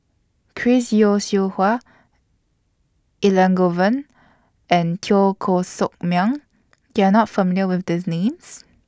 Chris Yeo Siew Hua Elangovan and Teo Koh Sock Miang YOU Are not familiar with These Names